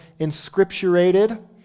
inscripturated